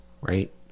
right